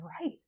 right